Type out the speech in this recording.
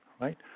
right